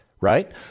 right